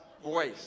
voice